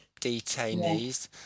detainees